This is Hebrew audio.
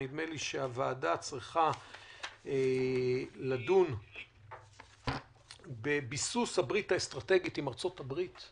נדמה לי שהוועדה צריכה לדון בביסוס הברית האסטרטגית עם ארצות הברית,